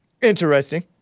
Interesting